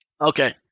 Okay